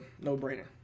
no-brainer